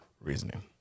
reasoning